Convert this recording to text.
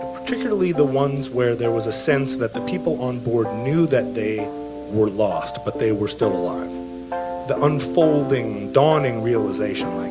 particularly the ones where there was a sense that the people on board knew that they were lost, but they were still alive the unfolding, dawning realization, like,